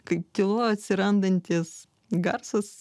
kai tyloj atsirandantis garsas